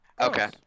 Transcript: Okay